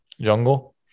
Jungle